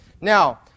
Now